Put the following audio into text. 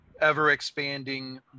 ever-expanding